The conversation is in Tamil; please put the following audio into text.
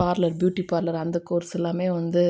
பார்லர் பியூட்டி பார்லர் அந்த கோர்ஸெல்லாமே வந்து